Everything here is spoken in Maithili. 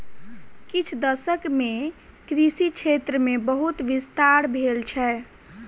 किछ दशक मे कृषि क्षेत्र मे बहुत विस्तार भेल छै